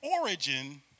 origin